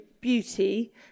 beauty